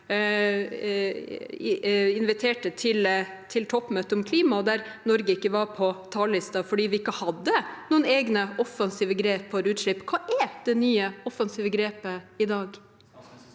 inviterte til et toppmøte om klima, at Norge ikke var på talerlisten, fordi vi ikke hadde noen egne offensive grep for utslipp. Hva er det nye, offensive grepet i dag?